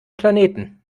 planeten